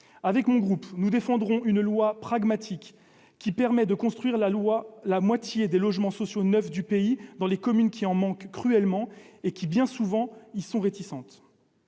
Avec mon groupe, nous défendrons une loi pragmatique, qui permet de construire la moitié des logements sociaux neufs du pays dans les communes qui en manquent cruellement et qui, bien souvent, y sont réticentes.